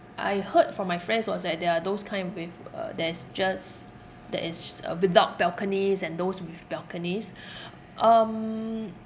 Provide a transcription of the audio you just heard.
I heard from my friends was like there are those kind with uh that is just that is uh without balconies and those with balconies um